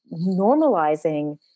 normalizing